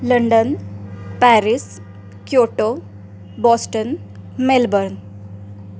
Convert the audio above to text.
London Paris Kyoto Boston Melbourne